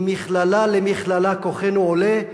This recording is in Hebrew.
ממכללה למכללה כוחנו עולה.